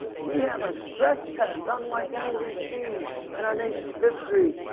we have a stress test unlike any we've seen in our nation's history,